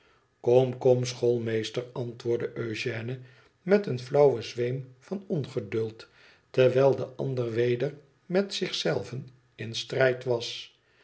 kom kom schoolmeester antwoordde eugène met eenfiauwen zweem van ongeduld terwijl de ander weder met zich zelven in strijd was